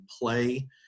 play